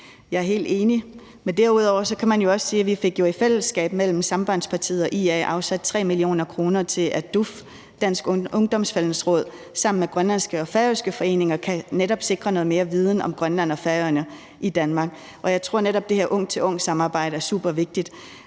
Jeg er helt enig. Derudover kan man jo også sige, at vi i fællesskab mellem Sambandspartiet og IA jo fik afsat 3 mio. kr. til, at DUF, Dansk Ungdoms Fællesråd, sammen med grønlandske og færøske foreninger netop kan sikre noget mere viden om Grønland og Færøerne i Danmark. Og jeg tror netop, at det her ung til ung-samarbejde er supervigtigt.